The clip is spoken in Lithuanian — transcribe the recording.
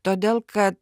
todėl kad